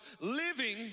living